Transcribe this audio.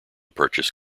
purchase